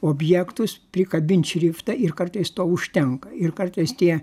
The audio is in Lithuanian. objektus prikabint šriftą ir kartais to užtenka ir kartais tie